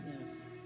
Yes